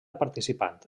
participant